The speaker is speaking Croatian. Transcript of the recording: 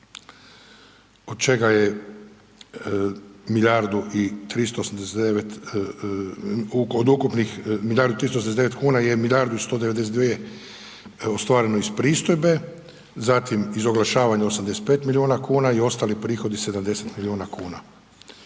389 milijuna kuna od čega je milijardu 192 ostvareno iz pristojbe, zatim iz oglašavanja 85 milijuna kuna i ostali prihodi 70 milijuna kuna,